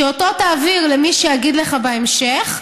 שאותו תעביר למי שאגיד לך בהמשך,